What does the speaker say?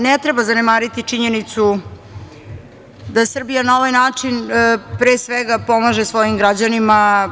Ne treba zanemariti činjenicu da Srbija na ovaj način pre svega pomaže svojim građanima.